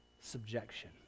subjection